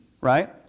right